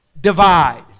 divide